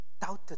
doubted